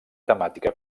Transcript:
temàtica